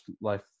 life